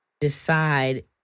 decide